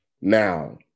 now